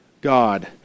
God